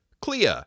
Clea